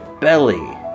belly